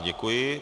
Děkuji.